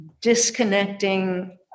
disconnecting